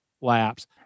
laps